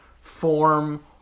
form